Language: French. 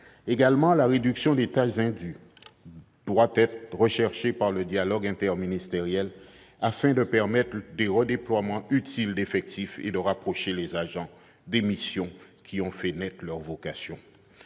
outre-mer. La réduction des tâches indues doit être recherchée par le dialogue interministériel, afin de permettre des redéploiements utiles d'effectifs et de rapprocher les agents des missions qui ont fait naître leur vocation.